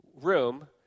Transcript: room